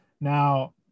now